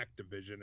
Activision